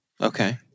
Okay